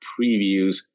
previews